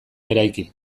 eraiki